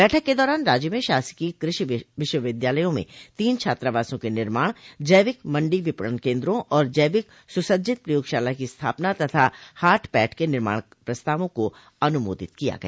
बैठक के दौरान राज्य में शासकीय कृषि विश्वविद्यालयों में तीन छात्रावासों के निर्माण जैविक मंडी विपणन केन्द्रों और जैविक सुसज्जित प्रयागशाला की स्थापना तथा हाट पैठ के निर्माण प्रस्तावों को अनुमोदित किया गया